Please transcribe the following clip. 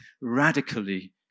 radically